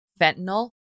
fentanyl